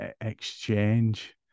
exchange